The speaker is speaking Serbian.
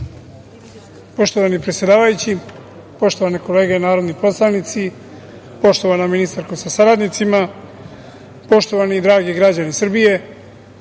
Poštovani predsedavajući, poštovane kolege narodni poslanici, poštovana ministarko sa saradnicima, poštovani dragi građani Srbije,